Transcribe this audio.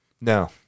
No